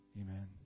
Amen